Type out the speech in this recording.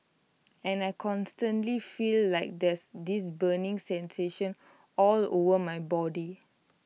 and I constantly feel like there's this burning sensation all over my body